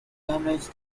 damage